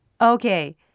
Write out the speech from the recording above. Okay